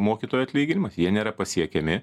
mokytojų atlyginimas jie nėra pasiekiami